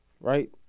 Right